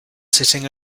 sitting